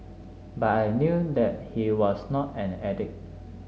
but I knew that he was not an addict